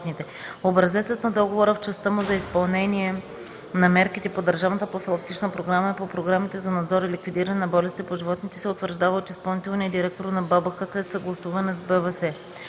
Образецът на договора в частта му за изпълнение на мерките по държавната профилактична програма и по програмите за надзор и ликвидиране на болести по животните се утвърждава от изпълнителния директор на БАБХ, след съгласуване с БВС.